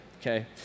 okay